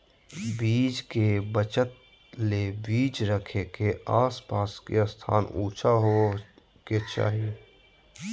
बीज के बचत ले बीज रखे के आस पास के स्थान ऊंचा होबे के चाही